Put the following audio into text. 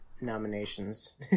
nominations